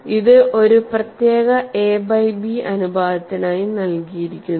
ഇത് ഒരു പ്രത്യേക എ ബൈ ബി അനുപാതത്തിനായി നൽകിയിരിക്കുന്നു